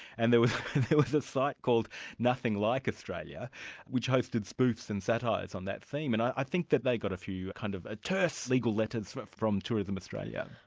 and there was was a site called nothing like australia which hosted spoofs and satires on that theme, and i think that they got a few kind of terse legal letters but from tourism australia.